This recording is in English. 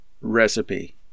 recipe